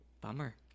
bummer